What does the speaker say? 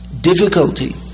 difficulty